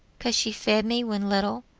cause she feed me when little,